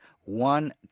one